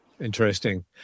Interesting